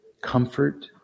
comfort